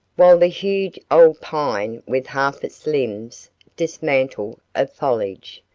while the huge old pine with half its limbs dismantled of foliage,